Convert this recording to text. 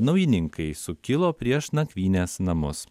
naujininkai sukilo prieš nakvynės namus